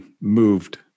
moved